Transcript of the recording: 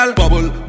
bubble